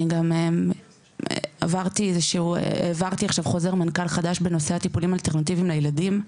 אני גם העברתי עכשיו חוזר מנכ"ל חדש בנושא טיפולים אלטרנטיביים לילדים,